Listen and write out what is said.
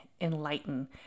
enlighten